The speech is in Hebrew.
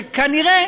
וכנראה